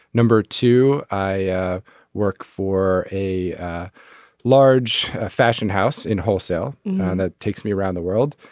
number two i yeah work for a large fashion house in wholesale. that takes me around the world.